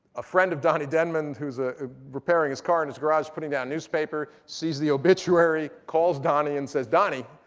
a friend of donny denman, who was ah repairing his car in his garage, putting down newspaper, sees the obituary, calls donny and says, donny,